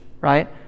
right